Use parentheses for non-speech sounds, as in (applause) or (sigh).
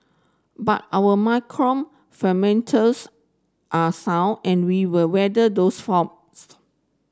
but our macro fundamentals are sound and we will weather those forms (unintelligible)